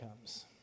comes